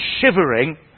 shivering